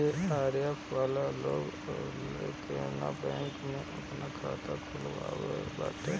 JRF वाला लोग तअ केनरा बैंक में आपन खाता खोलववले बाटे